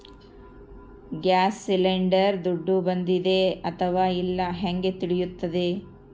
Gas cylinder ದುಡ್ಡು ಬಂದಿದೆ ಅಥವಾ ಇಲ್ಲ ಹೇಗೆ ತಿಳಿಯುತ್ತದೆ?